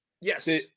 Yes